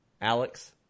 Alex